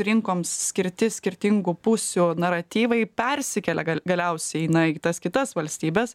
rinkoms skirti skirtingų pusių naratyvai persikelia galiausiai na į tas kitas valstybes